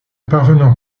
parvenant